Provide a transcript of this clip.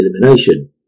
elimination